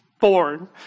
born